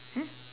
hmm